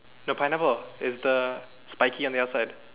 no pineapple is the spiky on the outside